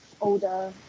older